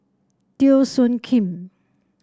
Teo Soon Kim